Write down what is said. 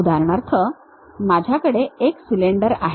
उदाहरणार्थ माझ्याकडे एक सिलेंडर आहे